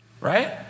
Right